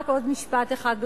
רק עוד משפט אחד,